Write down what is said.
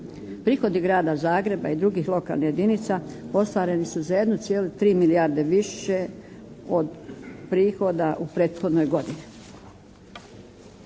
Prihodi Grada Zagreba i drugih lokalnih jedinica ostvareni su za jedno cijelo tri milijarde više od prihoda u prethodnoj godini.